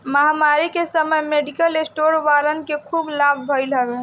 महामारी के समय मेडिकल स्टोर वालन के खूब लाभ भईल हवे